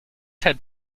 had